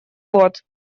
год